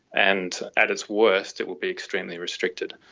and at its worst it will be extremely restricted.